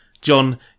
John